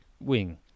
Wing